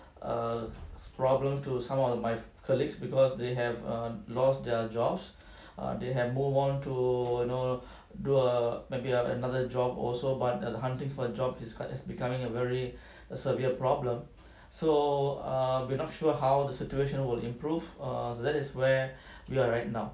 err problem to some of my colleagues because they have err lost their jobs err they have move on to you know do err maybe have another job also but err hunting for job is quite is becoming a very a severe problem so err we're not sure how the situation will improve err that is where we are right now